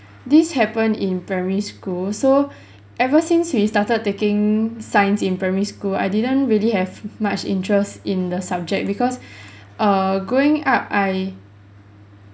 this happened in primary school so ever since we started taking science in primary school I didn't really have much interest in the subject because err growing up I